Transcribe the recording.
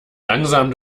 langsam